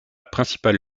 principale